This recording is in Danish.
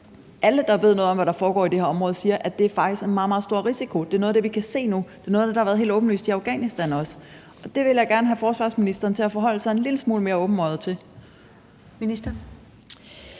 alle, der ved noget om, hvad der foregår i det her område, siger faktisk er en meget, meget stor risiko. Det er noget af det, som vi kan se nu, og det er også noget af det, der har været helt åbenlyst i Afghanistan, og det vil jeg gerne have forsvarsministeren til at forholde sig en lille smule mere åbenøjet til. Kl.